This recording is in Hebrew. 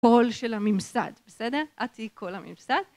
קול של הממסד, בסדר? את תהיי קול הממסד.